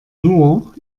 nur